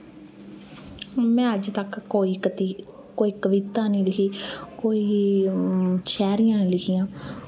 में अजतक्क कोई कति कोई कविता निं लिखी कोई शैरियां निं लिखियां